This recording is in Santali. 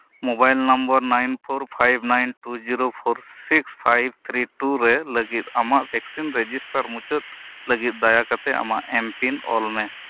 mobile number nine four five nine two zero four six five three two ᱨᱮ ᱞᱟᱹᱜᱤᱫ ᱟᱢᱟᱜ ᱵᱷᱮᱠᱥᱤᱱ ᱨᱮᱡᱤᱥᱴᱟᱨ ᱢᱩᱪᱟᱹᱫ ᱞᱟᱹᱜᱤᱫ ᱫᱟᱭᱟ ᱠᱟᱛᱮ ᱟᱢᱟᱜ ᱮᱢ ᱯᱤᱱ ᱚᱞ ᱢᱮ